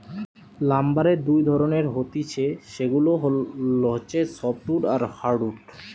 লাম্বারের দুই ধরণের হতিছে সেগুলা হচ্ছে সফ্টউড আর হার্ডউড